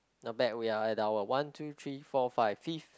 not bad we are at our one two three four five fifth